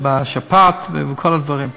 עם השפעת וכל הדברים.